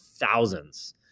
thousands